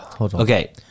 Okay